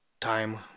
time